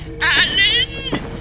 Alan